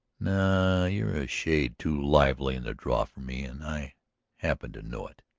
no, you're a shade too lively in the draw for me and i happen to know it.